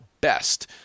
best